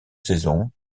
saisons